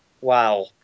Wow